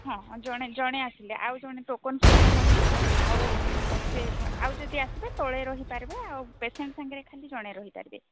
ହଁଁ ଜଣେ ଜଣେ ଆସିଲେ ଆଉ ଜଣେ ଟୋକନ୍ ସିଷ୍ଟମ ଅଛି ଆଉ ସେ ଆଉ ଯଦି ଆସିବେ ତଳେ ରହିପାରିବେ ଆଉ ପେସେଣ୍ଟ ସାଙ୍ଗରେ ଖାଲି ଜଣେ ରହିପାରିବେ